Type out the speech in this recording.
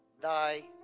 thy